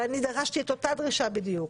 ודרשתי אותה דרישה בדיוק.